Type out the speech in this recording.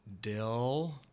Dill